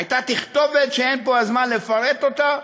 הייתה תכתובת שאין פה הזמן לפרט אותה,